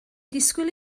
disgwyl